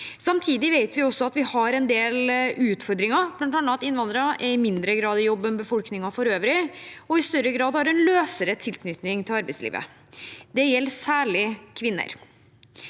Samtidig vet vi også at vi har en del utfordringer, bl.a. at innvandrere i mindre grad er i jobb enn befolkningen for øvrig, og i større grad har en løsere tilknytning til arbeidslivet. Det gjelder særlig kvinner.